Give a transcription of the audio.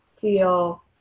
feel